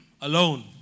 Alone